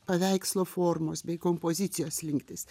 paveikslo formos bei kompozicijos slinktis